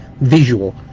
visual